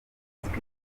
izwi